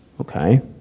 okay